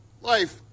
life